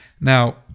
Now